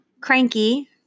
cranky